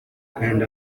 and